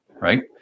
Right